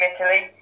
Italy